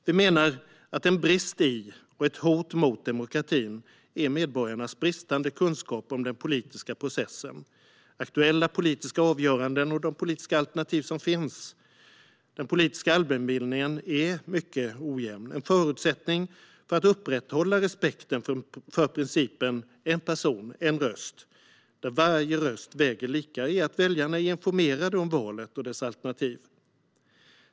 Vi menar att en brist i och ett hot mot demokratin är medborgarnas bristande kunskap om den politiska processen, de aktuella politiska avgörandena och de politiska alternativ som finns. Den politiska allmänbildningen är mycket ojämn. En förutsättning för att upprätthålla respekten för principen en person, en röst, där varje röst väger lika, är att väljarna är informerade om valet och dess alternativ.